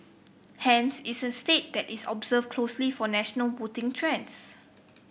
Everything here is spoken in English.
hence it's a state that is observed closely for national voting trends